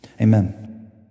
Amen